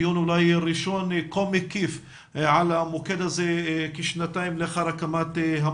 זה דיון ראשון מקיף על המוקד הזה כשנתיים לאחר הקמתו.